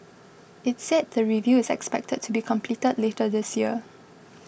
it said the review is expected to be completed later this year